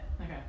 okay